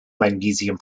magnesium